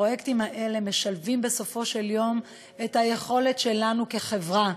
הפרויקטים האלה משלבים בסופו של יום את היכולות שלנו כחברה,